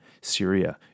Syria